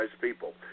people